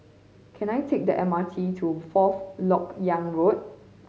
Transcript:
can I take the M R T to Fourth Lok Yang Road